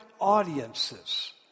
audiences